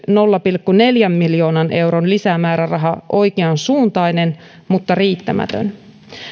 nolla pilkku neljän miljoonan euron lisämääräraha oikeansuuntainen mutta riittämätön